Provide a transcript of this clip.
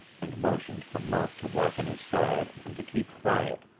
and motioned for murk to walk at his side and to keep quiet.